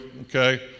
okay